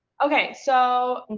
okay! so, and